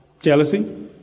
Jealousy